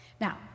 Now